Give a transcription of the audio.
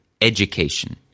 Education